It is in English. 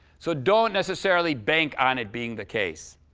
so don't necessarily bank on it being the case.